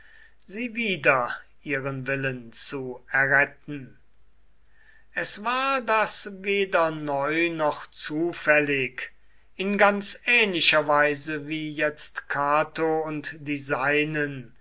sie wider ihren willen zu erretten es war das weder neu noch zufällig in ganz ähnlicher weise wie jetzt cato und die seinen